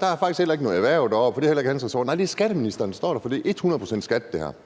Der er faktisk heller ikke noget erhverv derovre, og det er heller ikke klimaministerens ressort. Nej, det er skatteministerens ressort, for det her